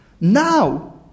Now